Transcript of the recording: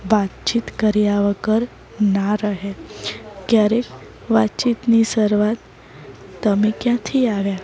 વાતચીત કર્યા વગર ના રહે ક્યારેક વાતચીતની શરૂઆત તમે ક્યાંથી આવ્યા